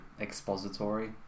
expository